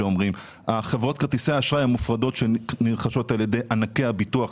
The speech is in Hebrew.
חברות כרטיסי האשראי שנרכשות על ידי ענקי הביטוח